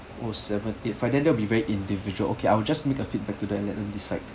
oh seven eight if like that then that'll be very individual okay I will just make a feedback too and let them decide